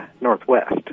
Northwest